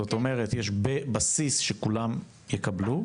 זאת אומרת יש איזה בסיס שכולם יקבלו,